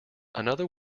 another